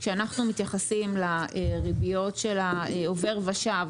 כשאנחנו מתייחסים לריביות של עובר ושב